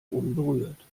unberührt